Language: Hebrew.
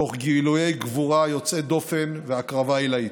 תוך גילויי גבורה יוצאי דופן והקרבה עילאית.